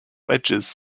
edges